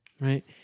right